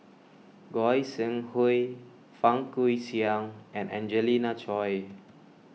Goi Seng Hui Fang Guixiang and Angelina Choy